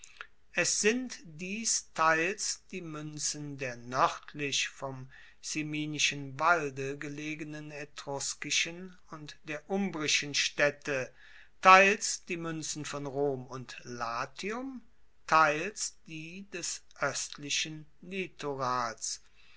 es sind dies teils die muenzen der noerdlich vom ciminischen walde gelegenen etruskischen und der umbrischen staedte teils die muenzen von rom und latium teils die des oestlichen litorals